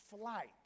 flight